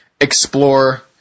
explore